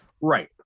Right